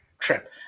trip